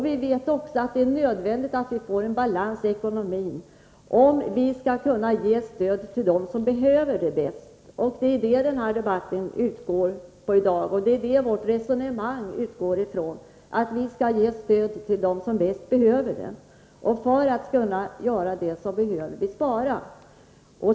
Vi vet också att det är nödvändigt att vi får en balans i ekonomin, om vi skall kunna ge stöd till dem som behöver det bäst. Det är det som denna debatt går ut på i dag och som vårt resonemang utgår från, dvs. att vi skall ge stöd till dem som bäst behöver det. För att kunna göra det behöver vi spara.